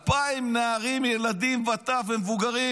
2,000 נערים, ילדים וטף ומבוגרים,